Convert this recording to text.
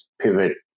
pivot